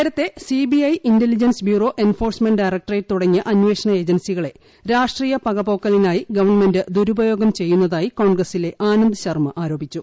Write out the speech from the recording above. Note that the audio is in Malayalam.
നേരത്തെ C B I intelligence bureau enforcement directorate തുടങ്ങിയ അന്വേഷണ ഏജൻസികളെ രാഷ്ട്രീയ പകപോക്കലിനായി ഗവൺമെന്റ് ദുരുപയോഗം ചെയ്യുന്നതായി കോൺഗ്രസിലെ ആനന്ദ് ശർമ ആരോപിച്ചു